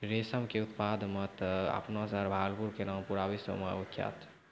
रेशम के उत्पादन मॅ त आपनो शहर भागलपुर के नाम पूरा विश्व मॅ विख्यात छै